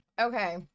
Okay